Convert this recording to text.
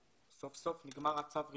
סוף סוף נגמר צו ראשון,